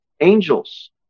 Angels